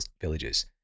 villages